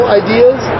ideas